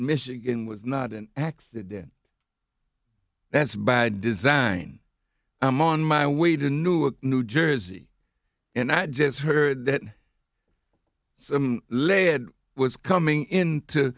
michigan was not an accident that's by design i'm on my way to newark new jersey and i just heard that lead was coming in to